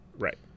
Right